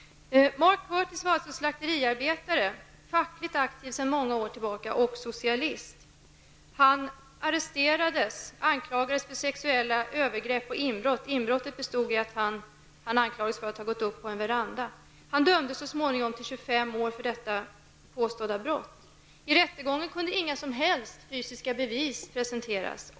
Mark Curtis var slakteriarbetare, fackligt aktiv sedan många år tillbaka och socialist. Han arresterades och anklagades för sexuellt övergrepp och inbrott. Han anklagades för inbrott vilket bestod i att han hade gått upp på en veranda. Han dömdes så småningom till 25 års fängelse för detta påstådda brott. Vid rättegången kunde inga som helst fysiska bevis presenteras.